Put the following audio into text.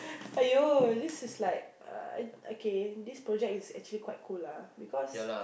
aiyo this is like uh okay this project is actually quite cool ah because